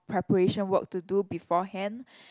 preparation work to do before hand